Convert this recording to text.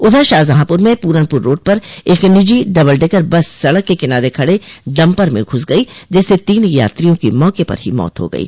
उधर शाहजहाँपुर में पूरनपुर रोड पर एक निजी डबलडेकर बस सड़क के किनार खड़े डम्पर में घुस गयी जिससे तीन यात्रियों की मौके पर ही मौत हो गयी